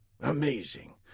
Amazing